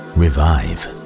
revive